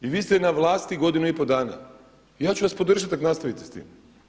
I vi ste na vlasti godinu i pol dana i ja ću vas podržat ak' nastavite s tim.